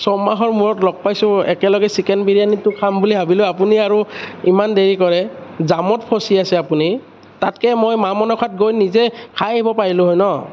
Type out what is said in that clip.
ছমাহৰ মূৰত লগ পাইছোঁ একেলগে চিকেন বিৰিয়ানীটো খাম বুলি ভাবিলোঁ আপুনি আৰু ইমান দেৰি কৰে জামত ফঁচি আছে আপুনি তাতকে মই মা মনসাত গৈ নিজেই খাই আহিব পাৰিলো হয় ন